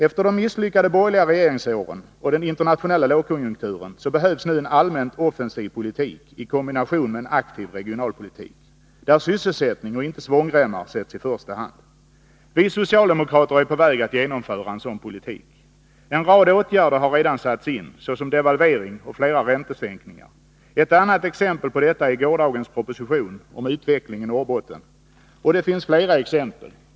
Efter de misslyckade borgerliga regeringsåren och den internationella lågkonjunkturen behövs nu en allmänt offensiv politik i kombination med en aktiv regionalpolitik, där sysselsättning och inte svångremmar kommer i första hand. Vi socialdemokrater är på väg att genomföra en sådan politik. En rad åtgärder har redan satts in, såsom devalveringen och flera räntesänkningar. Ett annat exempel på detta är den proposition om utveckling i Norrbotten som behandlades i går, och det finns flera exempel.